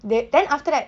they then after that